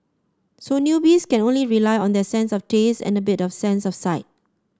so newbies can only rely on their sense of taste and a bit of sense of sight